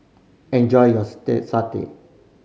enjoy your satay